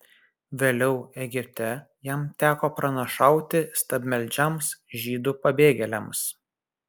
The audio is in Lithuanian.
vėliau egipte jam teko pranašauti stabmeldžiams žydų pabėgėliams